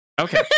Okay